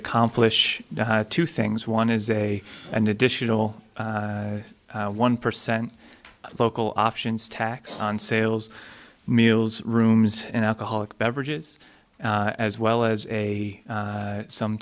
accomplish two things one is a an additional one percent local options tax on sales meals rooms and alcoholic beverages and as well as a some